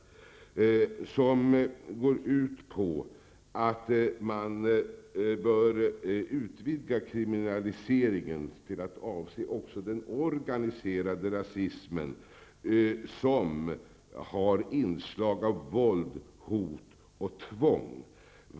Förslaget går ut på att utvidga kriminaliseringen så, att den omfattar också sådan organiserad rasism som har inslag av våld, hot och tvång.